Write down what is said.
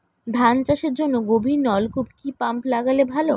ধান চাষের জন্য গভিরনলকুপ কি পাম্প লাগালে ভালো?